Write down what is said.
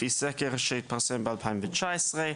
לפי סקר שהתפרסם ב-2019,